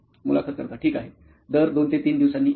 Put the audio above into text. मुलाखत कर्ता ठीक आहे दर दोन ते तीन दिवसांनी एकदा